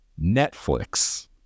Netflix